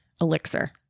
elixir